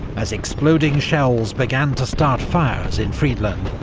as exploding shells began to start fires in friedland,